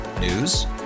News